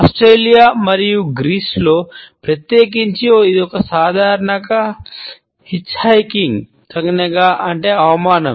Australia సంజ్ఞగా అంటే అవమానం